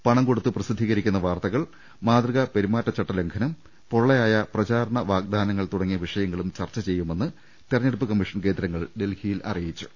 പണം കൊടുത്ത് പ്രസിദ്ധീകരിക്കുന്ന വാർത്തകൾ മാതൃകാ പെരുമാറ്റച്ചട്ട ലംഘനം പൊള്ളയായ പ്രചാ രണ വാഗ്ദാനങ്ങൾ തൂടങ്ങിയ വിഷയങ്ങളും ചർച്ച ചെയ്യുമെന്ന് തെരഞ്ഞെടുപ്പ് കമ്മീഷൻ കേന്ദ്രങ്ങൾ ഡൽഹിയിൽ അറിയിച്ചു